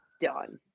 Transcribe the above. done